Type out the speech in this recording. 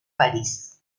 parís